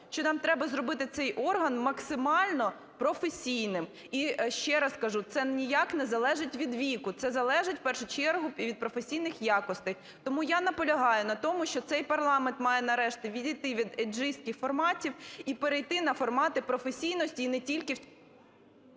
що нам треба зробити цей орган максимально професійним. І ще раз кажу, це ніяк не залежить від віку. Це залежить в першу чергу від професійних якостей. Тому я наполягаю на тому, що цей парламент має, нарешті, відійти від ейджистських форматів і перейти на формати професійності і не тільки…